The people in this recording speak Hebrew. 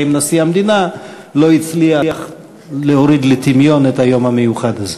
עם נשיא המדינה לא הצליח להוריד לטמיון את היום המיוחד הזה.